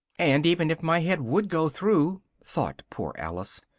and even if my head would go through, thought poor alice,